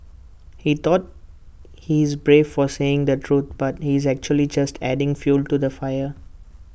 he thought he's brave for saying the truth but he's actually just adding fuel to the fire